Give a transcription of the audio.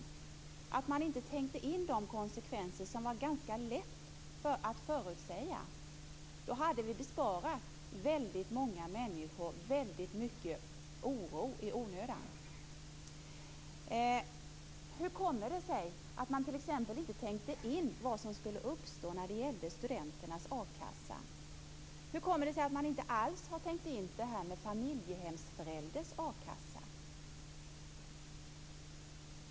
Varför tänkte man inte in dessa konsekvenser, som var ganska lätta att förutsäga? Då hade vi besparat väldigt många människor väldigt mycket onödig oro. Hur kommer det sig att man t.ex. inte tänkte in vad som skulle uppstå när det gällde studenternas akassa? Hur kommer det sig att man inte alls har tänkt in det här med familjehemsförälders a-kassa?